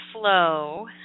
flow